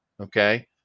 okay